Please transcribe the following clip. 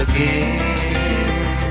Again